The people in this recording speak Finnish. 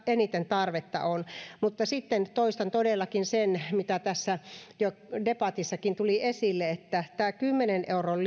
eniten tarvetta mutta toistan todellakin sen mitä tässä debatissakin jo tuli esille jos olisimme tehneet tämän kymmenen euron